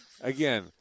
Again